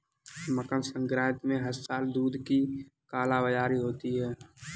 मकर संक्रांति में हर साल दूध की कालाबाजारी होती है